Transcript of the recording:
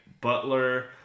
Butler